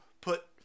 put